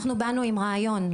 אנחנו באנו עם רעיון,